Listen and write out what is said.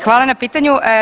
Hvala na pitanju.